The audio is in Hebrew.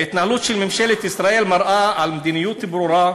ההתנהלות של ממשלת ישראל מראה מדיניות ברורה,